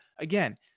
again